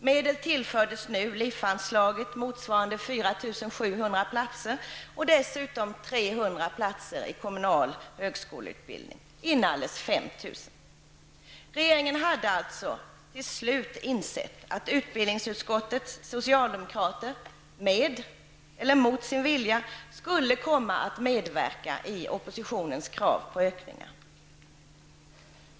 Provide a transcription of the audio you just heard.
Medel tillfördes nu Regeringen hade alltså till slut insett att utbildningsutskottets socialdemokrater med eller mot sin vilja skulle komma att medverka i oppositionens krav på ökningar.